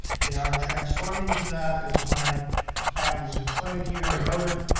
they are transforming to that, as my client has explained to you and noted,